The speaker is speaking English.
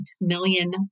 million